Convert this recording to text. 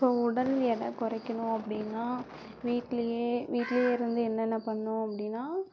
இப்போது உடல் எடை குறைக்கணும் அப்படின்னா வீட்டிலியே வீட்டிலியே இருந்து என்னென்ன பண்ணணும் அப்படின்னா